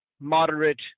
moderate